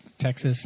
Texas